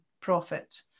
profit